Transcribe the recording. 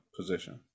position